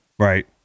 Right